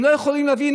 הם לא יוכלו להבין.